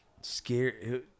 scared